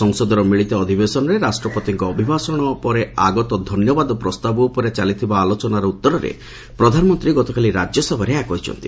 ସଂସଦର ମିଳିତ ଅଧିବେଶନରେ ରାଷ୍ଟ୍ରପତିଙ୍କ ଅଭିଭାଷଣ ପରେ ଧନ୍ୟବାଦ ପ୍ରସ୍ତାବ ଉପରେ ଚାଲିଥିବା ଆଲୋଚନାର ଉତ୍ତରରେ ପ୍ରଧାନମନ୍ତ୍ରୀ ଗତକାଲି ରାଜ୍ୟସଭାରେ ଏହା କହିଛନ୍ତି